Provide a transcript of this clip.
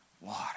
water